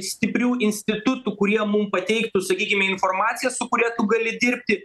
stiprių institutų kurie mum pateiktų sakykime informaciją su kuria tu gali dirbti